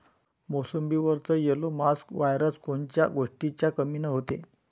मोसंबीवर yellow mosaic virus कोन्या गोष्टीच्या कमीनं होते?